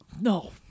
No